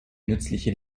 nützliche